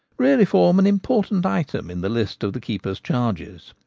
really form an important item in the list of the keeper's charges.